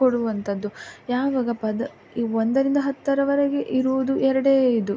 ಕೊಡುವಂಥದ್ದು ಯಾವಾಗ ಪದ ಈ ಒಂದರಿಂದ ಹತ್ತರವರೆಗೆ ಇರುವುದು ಎರಡೇ ಇದು